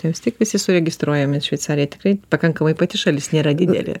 ten vis tiek visi suregistruojami šveicarijoj tikrai pakankamai pati šalis nėra didelė